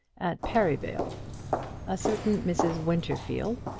at perivale a certain mrs. winterfield,